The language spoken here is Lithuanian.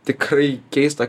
tikrai keista